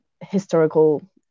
historical